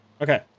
Okay